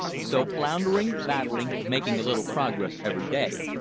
so floundering, battling, making a little progress every day,